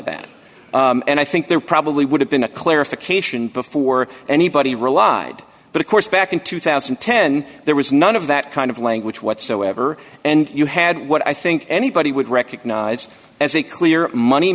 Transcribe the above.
that and i think there probably would have been a clarification before anybody relied but of course back in two thousand and ten there was none of that kind of language whatsoever and you had what i think anybody would recognize as a clear money